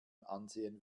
ansehen